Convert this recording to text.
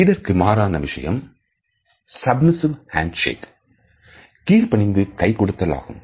இதற்கு மாறான விஷயம் சப்மிசிவ் ஹேண்ட் சேக் கீழ்ப் பணிந்து கை கொடுத்தல் ஆகும்